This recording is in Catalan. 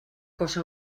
cosa